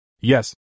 Yes